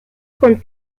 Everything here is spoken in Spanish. con